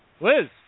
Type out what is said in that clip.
Liz